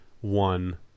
one